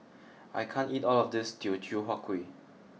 I can't eat all of this Teochew Huat Kueh